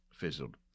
fizzled